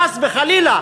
חס וחלילה,